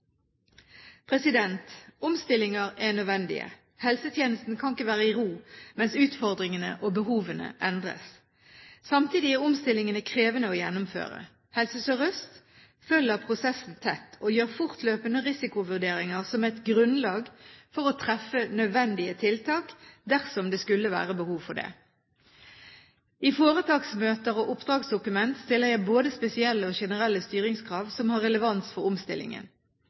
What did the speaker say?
Omstillinger er nødvendige. Helsetjenesten kan ikke være i ro mens utfordringene og behovene endres. Samtidig er omstillingene krevende å gjennomføre. Helse Sør-Øst følger prosessen tett og gjør fortløpende risikovurderinger som et grunnlag for å treffe nødvendige tiltak, dersom det skulle være behov for det. I foretaksmøter og oppdragsdokument stiller jeg både spesielle og generelle styringskrav som har relevans for